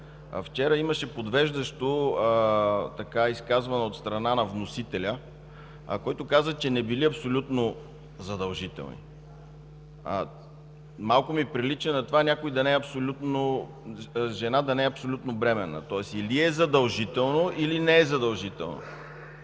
Вчера имаше подвеждащо изказване от страна на вносителя, който каза, че не били абсолютно задължителни. Това ми прилича малко на това някоя жена да не е абсолютно бременна. Или директивата е задължителна, или не е задължителна.